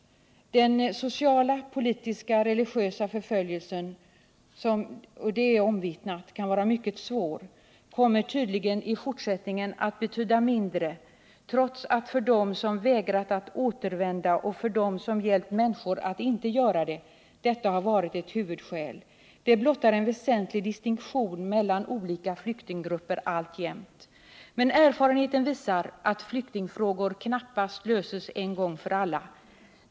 Den sociala, politiska och religiösa förföljelse som — det är omvittnat — kan vara mycket svår, kommer tydligen i fortsättningen att betyda mindre, trots att detta för dem som vägrat att återvända och för dem som hjälpt människor att inte göra det har varit ett huvudskäl. Det blottar att det alltjämt finns en väsentlig distinktion mellan olika flyktinggrupper. Erfarenheten visar dock att flyktingfrågor knappast löses en gång för alla.